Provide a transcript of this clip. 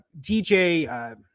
dj